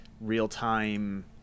real-time